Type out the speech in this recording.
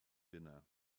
dinner